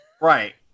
Right